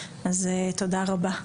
אז תודה רבה.